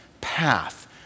path